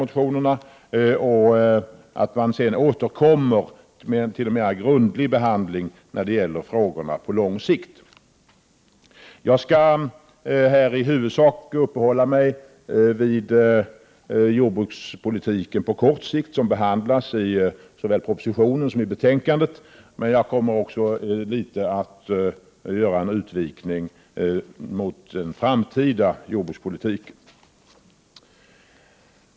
Sedan får man återkomma för en mer grundlig behandling för att på lång sikt lösa dessa frågor. Jag har för avsikt att här i huvudsak uppehålla mig vid jordbrukspolitiken på kort sikt, som behandlas såväl i propositionen som i betänkandet. Jag kommer också att göra en liten utvikning om vår framtida jordbrukspolitik.